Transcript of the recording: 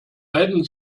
beiden